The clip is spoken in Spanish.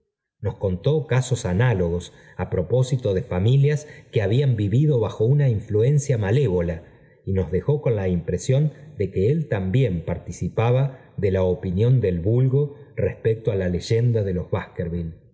nos contó casos análogos á propóito de familias que habían vivido bajo una influencia malévola y nos dejó con la impresión de que él también participaba de la opinión del vulgo respecto á la leyenda de los